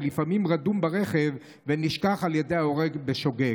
שלפעמים רדום ברכב ונשכח על ידי ההורה בשוגג.